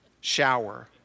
shower